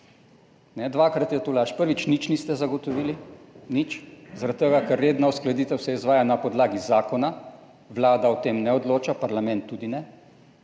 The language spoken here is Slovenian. Dvakrat je to laž. Prvič, nič niste zagotovili. Nič, zaradi tega, ker redna uskladitev se izvaja na podlagi zakona, vlada o tem ne odloča, parlament tudi ne.